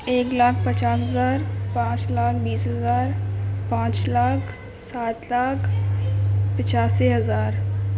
ایک لاکھ پچاس ہزار پانچ لاکھ بیس ہزار پانچ لاکھ سات لاکھ پچاسی ہزار